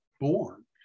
born